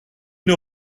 une